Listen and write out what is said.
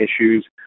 issues